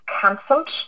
cancelled